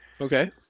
Okay